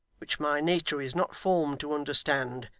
which my nature is not formed to understand,